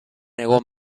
egon